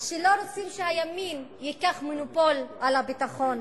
שלא רוצים שהימין ייקח מונופול על הביטחון